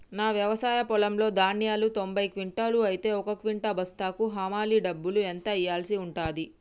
నా వ్యవసాయ పొలంలో ధాన్యాలు తొంభై క్వింటాలు అయితే ఒక క్వింటా బస్తాకు హమాలీ డబ్బులు ఎంత ఇయ్యాల్సి ఉంటది?